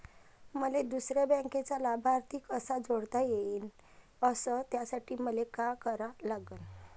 मले दुसऱ्या बँकेचा लाभार्थी कसा जोडता येईन, अस त्यासाठी मले का करा लागन?